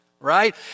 right